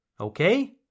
Okay